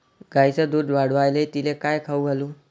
गायीचं दुध वाढवायले तिले काय खाऊ घालू?